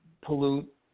pollute